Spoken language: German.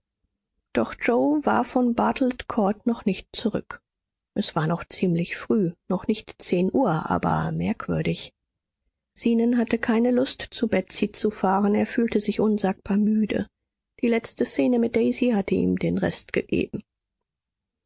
doch yoe war von bartelet court noch nicht zurück es war noch ziemlich früh noch nicht zehn uhr aber merkwürdig zenon hatte keine lust zu betsy zu fahren er fühlte sich unsagbar müde die letzte szene mit daisy hatte ihm den rest gegeben